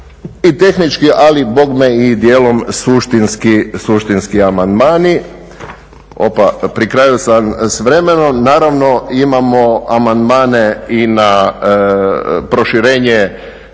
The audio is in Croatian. tehnički ali bogme i dijelom suštinski amandmani. Opa, pri kraju sam s vremenom. Naravno imamo amandmane i na proširenje